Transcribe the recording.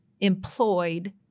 employed